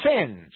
sins